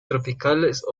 tropicales